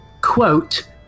quote